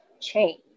change